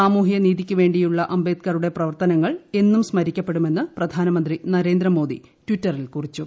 സാമൂഹൃനീതിക്കുവേണ്ടിയുള്ള അംബേദ്ക്കരുടെ പ്രവർത്തികൾ എന്നും സ്മരിക്കപ്പെടുമെന്ന് പ്രധാനമന്ത്രി നരേന്ദ്രമോദി ട്വിറ്ററിൽ കുറിച്ചു